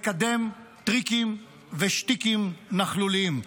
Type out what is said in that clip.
מקדם טריקים ושטיקים נכלוליים.